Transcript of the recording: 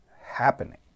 happening